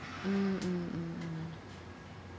mm mm mm mm